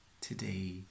today